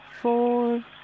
four